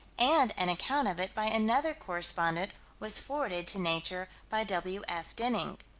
and an account of it by another correspondent was forwarded to nature by w f. denning.